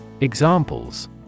Examples